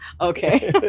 Okay